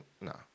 No